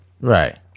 Right